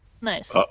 Nice